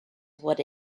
what